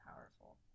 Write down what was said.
powerful